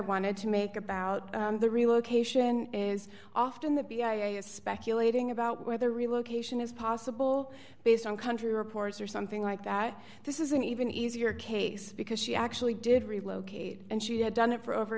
wanted to make about the relocation is often the p i a s speculating about whether relocation is possible based on country reports or something like that this is an even easier case because she actually did relocate and she had done it for over